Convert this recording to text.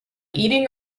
eating